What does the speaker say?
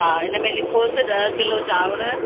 हा हिन में लिखोसि ॾह किलो चांवर